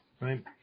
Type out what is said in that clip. right